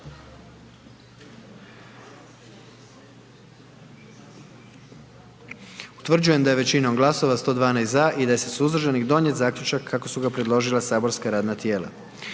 Utvrđujem da je većinom glasova 97 za, 19 suzdržanih donijet zaključak kako je predložilo matično saborsko radno tijelo.